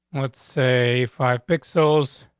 let's say five pixels.